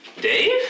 Dave